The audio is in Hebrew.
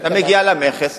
אתה מגיע למכס,